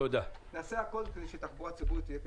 נעשה הכול כדי שהתחבורה הציבורית תהיה כסדרה.